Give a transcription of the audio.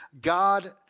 God